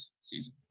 season